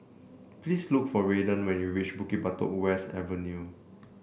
please look for Raiden when you reach Bukit Batok West Avenue